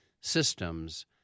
systems